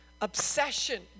obsession